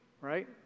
right